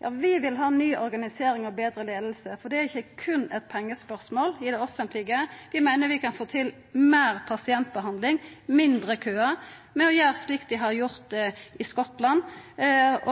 Ja, vi vil ha ny organisering og betre leiing. For det er ikkje berre eit pengespørsmål i det offentlege. Vi meiner vi kan få til meir pasientbehandling og mindre køar med å gjera det slik dei har gjort det i Skottland,